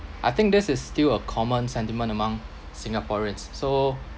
I think this is still a common sentiment among singaporeans so